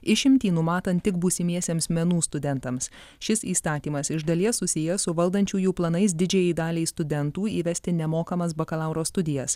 išimtį numatant tik būsimiesiems menų studentams šis įstatymas iš dalies susijęs su valdančiųjų planais didžiajai daliai studentų įvesti nemokamas bakalauro studijas